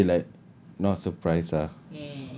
oh then they like not surprised ah